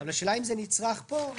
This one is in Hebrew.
השאלה אם זה נצרך פה.